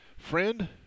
Friend